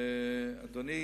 להוסיף, אדוני